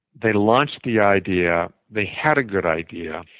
they launched the idea, they had a good idea,